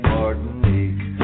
Martinique